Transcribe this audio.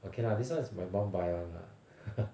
okay lah this one is my mum buy [one] lah